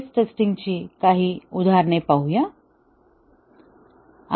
stress testing ची काही उदाहरणे पाहू या